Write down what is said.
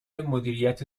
مدیریت